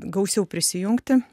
gausiau prisijungti